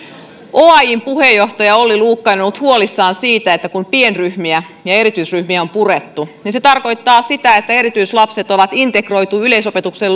oajn puheenjohtaja olli luukkainen on ollut huolissaan siitä että kun pienryhmiä ja ja erityisryhmiä on purettu niin se tarkoittaa sitä että erityislapset on integroitu yleisopetuksen